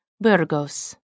Burgos